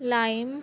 lime